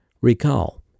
Recall